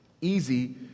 easy